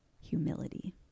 humility